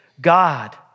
God